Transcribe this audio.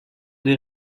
des